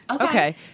Okay